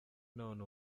none